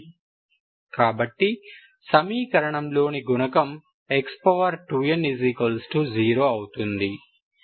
కాబట్టి సమీకరణం లోని గుణకం x2n 0 అవుతుంది